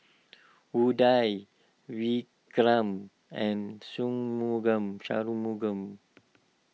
Udai Vikram and Shunmugam